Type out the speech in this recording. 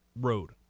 road